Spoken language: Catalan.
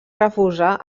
refusar